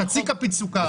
עם חצי כפית סוכר.